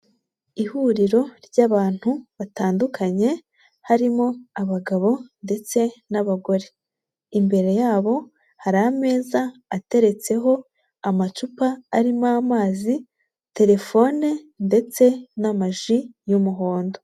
Ihuriro ry'abantu batandukanye, harimo abagabo ndetse n'abagore. Imbere yabo hari ameza ateretseho amacupa arimo amazi, telefone ndetse n'amaji y'umuhondo.